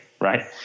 Right